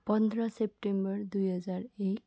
पन्ध्र सेप्टेम्बर दुई हजार एक